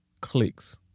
clicks